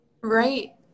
right